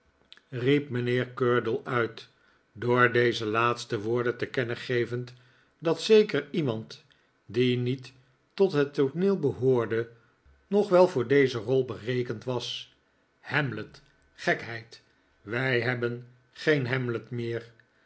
riep mijnheer curdle uit door deze laatste woorden te kennen gevend dat zeker iemand die niet tot het tooneel behoorde nog wel voor deze rol berekend was hamlet gekheid wij hebben geeii hamlet meer